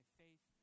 faith